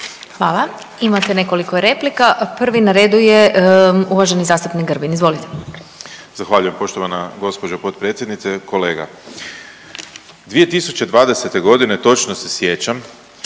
Hvala. Imate nekoliko replika, prvi na redu je uvaženi zastupnik Grbin, izvolite. **Grbin, Peđa (SDP)** Zahvaljujem poštovana gđo. potpredsjednice. Kolega, 2020.g., točno se sjećam